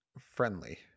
friendly